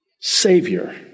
Savior